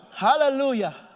Hallelujah